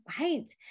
Right